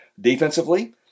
Defensively